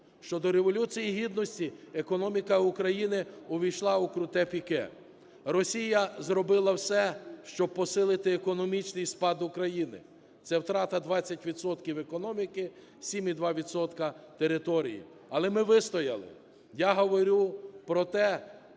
Ще до Революції Гідності економіка України увійшла у круте піке. Росія зробила все, щоб посилити економічний спад України, це втрата 20 відсотків економіки, 7,2 відсотка території. Але ми вистояли. Я говорю про те,